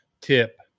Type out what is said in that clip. tip